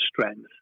strength